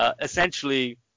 essentially